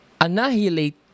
annihilate